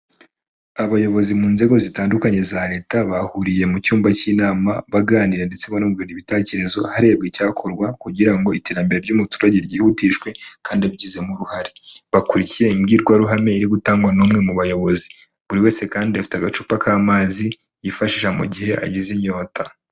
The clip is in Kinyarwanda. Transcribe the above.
Abayobozi mu nzego zitandukanye za leta bahuriye mu cyumba cy'inama baganira ndetse bungurana ibitekerezo harebwa icyakorwa kugira ngo iterambere ry'umuturage ryihutishwe kandi abigizemo uruhare bakurikiye inbwirwaruhame iri gutangwa n'umwe mu bayobozi buri wese kandi afite agacupa k'amazi yifashisha mu gihe agize inyota